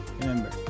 remember